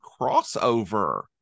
crossover